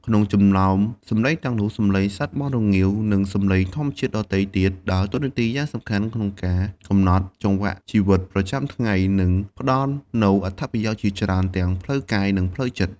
ក្នុងចំណោមសំឡេងទាំងនោះ សំឡេងសត្វមាន់រងាវ និងសំឡេងធម្មជាតិដទៃទៀតដើរតួនាទីយ៉ាងសំខាន់ក្នុងការកំណត់ចង្វាក់ជីវិតប្រចាំថ្ងៃ និងផ្ដល់នូវអត្ថប្រយោជន៍ជាច្រើនទាំងផ្លូវកាយ និងផ្លូវចិត្ត។